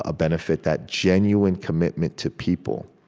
ah benefit that genuine commitment to people.